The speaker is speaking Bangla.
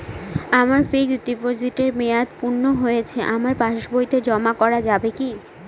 আমার ফিক্সট ডিপোজিটের মেয়াদ পূর্ণ হয়েছে আমার পাস বইতে জমা করা যাবে কি?